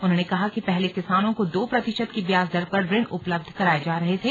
उन्होंने कहा कि पहले किसानों को दो प्रतिशत की ब्याज दर पर ऋण उपलब्ध कराये जा रहे थे